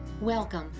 Welcome